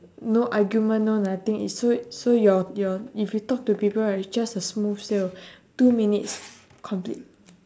no argument no nothing and so so your your if you talk to people right it's just a smooth sail two minutes complete